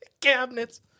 cabinets